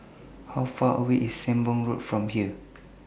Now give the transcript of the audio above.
How Far away IS Sembong Road from here